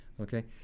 okay